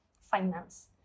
finance